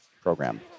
program